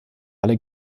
alle